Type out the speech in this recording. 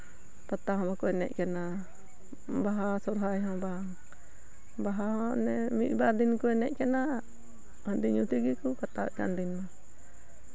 ᱯᱟᱛᱟ ᱦᱚᱸ ᱵᱟᱠᱚ ᱮᱱᱮᱡ ᱠᱟᱱᱟ ᱵᱟᱦᱟ ᱥᱚᱨᱦᱟᱭ ᱦᱚᱸ ᱵᱟᱝ ᱵᱟᱦᱟ ᱦᱚᱸ ᱚᱱᱮ ᱢᱤᱫᱼᱵᱟᱨ ᱫᱤᱱ ᱠᱚ ᱮᱱᱮᱡ ᱠᱟᱱᱟ ᱚᱱᱮ ᱦᱟᱺᱰᱤ ᱧᱩ ᱛᱮᱜᱮ ᱠᱚ ᱠᱟᱴᱟᱣᱮᱫ ᱠᱟᱱ ᱫᱤᱱ ᱢᱟ